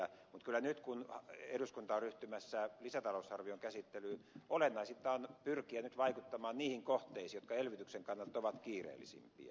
mutta kyllä nyt kun eduskunta on ryhtymässä lisätalousarvion käsittelyyn olennaisinta on pyrkiä vaikuttamaan niihin kohteisiin jotka elvytyksen kannalta ovat kiireellisimpiä